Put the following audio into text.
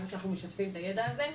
ברור שאנחנו משתפים את הידע הזה.